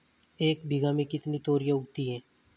एक बीघा में कितनी तोरियां उगती हैं?